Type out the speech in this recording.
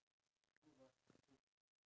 maine coon